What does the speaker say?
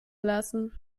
lassen